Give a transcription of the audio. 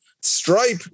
Stripe